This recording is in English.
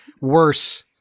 worse